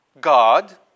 God